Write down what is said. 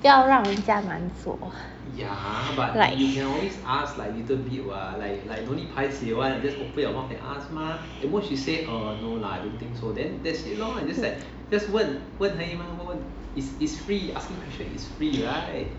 不要让人家难做 like